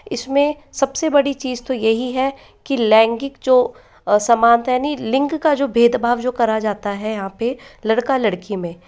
इसमें सब से बड़ी चीज़ तो यही है कि लैंगिक जो असमानता यानी लिंग का जो भेदभाव जो करा जाता है यहां पर लड़का लड़की में